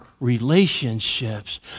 relationships